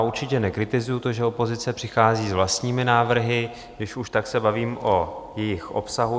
Určitě nekritizuji, že opozice přichází s vlastními návrhy, když už, tak se bavím o jejich obsahu.